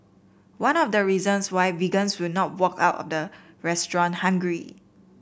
one of the reasons why vegans will not walk out of the restaurant hungry